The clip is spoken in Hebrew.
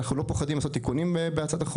אנחנו לא פוחדים לבצע תיקונים בחוק,